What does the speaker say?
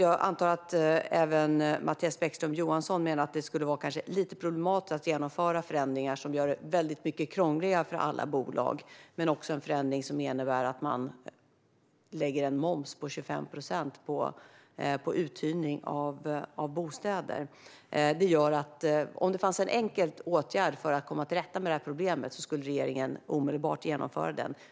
Jag antar att även Mattias Bäckström Johansson menar att det kanske skulle vara lite problematiskt att genomföra förändringar som gör det väldigt mycket krångligare för alla bolag men också att genomföra en förändring som innebär att man lägger en moms på 25 procent på uthyrning av bostäder. Om det fanns en enkel åtgärd för att komma till rätta med det här problemet skulle regeringen omedelbart vidta den.